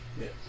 Yes